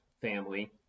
family